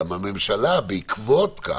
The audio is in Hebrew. גם מהממשלה בעקבות כך,